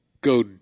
go